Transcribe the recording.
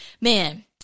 man